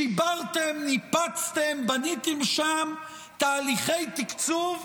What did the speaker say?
שיברתם, ניפצתם, בניתם שם תהליכי תקצוב,